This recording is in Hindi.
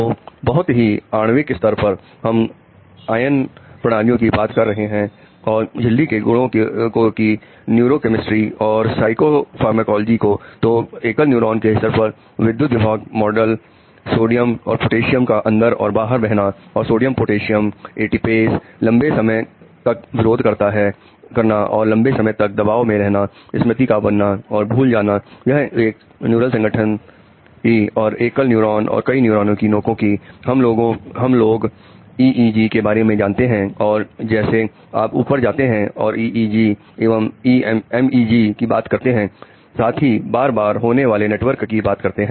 तो बहुत ही आणविक स्तर पर हम आयन प्रणालियों की बात कर रहे हैं और झिल्ली के गुणों की न्यूरोकेमेस्ट्री की बात करते हैं साथ ही बार बार होने वाले नेटवर्क की बात करते हैं